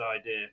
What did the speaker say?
idea